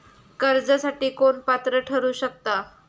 कर्जासाठी कोण पात्र ठरु शकता?